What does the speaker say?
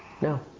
No